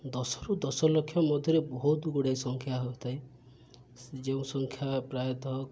ଦଶରୁ ଦଶଲକ୍ଷ ମଧ୍ୟରେ ବହୁତ ଗୁଡ଼ାଏ ସଂଖ୍ୟା ହୋଇଥାଏ ଯେଉଁ ସଂଖ୍ୟା ପ୍ରାୟତଃ